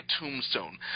Tombstone